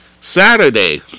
saturday